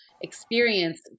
experience